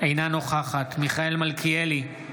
אינה נוכחת מיכאל מלכיאלי,